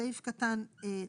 סעיף קטן (ד),